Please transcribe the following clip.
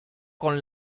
con